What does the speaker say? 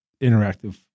interactive